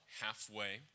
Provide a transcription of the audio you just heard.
halfway